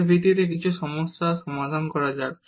এর ভিত্তিতে কিছু সমস্যা সমাধান করা যাক